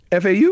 FAU